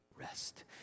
rest